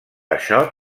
això